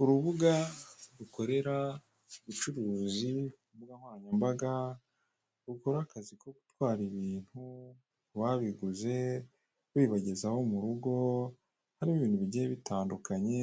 Urubuga rukorera ubucuruzi kumbuga nkoranyambaga rukora akazi ko gutwara ibintu kubabiguze babibagezaho murugo harimo ibintu bigiye bitandukanye